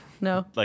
No